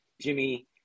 Jimmy –